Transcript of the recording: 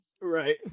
Right